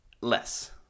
less